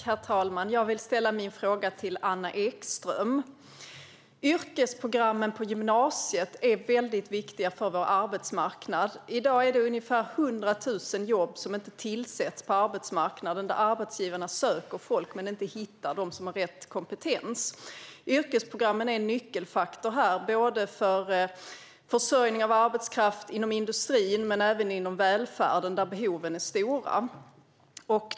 Herr talman! Jag vill ställa min fråga till Anna Ekström. Yrkesprogrammen på gymnasiet är väldigt viktiga för vår arbetsmarknad. I dag är det ungefär 100 000 jobb som inte tillsätts. Arbetsgivarna söker folk, men hittar inte de personer som har rätt kompetens. Yrkesprogrammen är en nyckelfaktor för försörjning av arbetskraft inom industrin och även inom välfärden där behoven är stora.